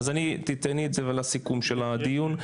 תטעני את זה לסיכום של הדיון,